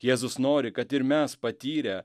jėzus nori kad ir mes patyrę